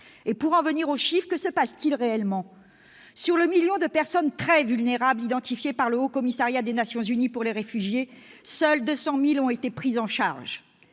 et pour en venir aux chiffres, que se passe-t-il réellement ? Sur le million de personnes très vulnérables identifiées par le Haut-Commissariat des Nations unies pour les réfugiés, seules 200 000 ont été prises en charge.